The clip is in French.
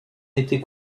été